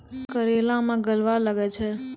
करेला मैं गलवा लागे छ?